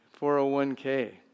401K